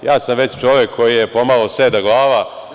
Ja sam već čovek koji je pomalo seda glava.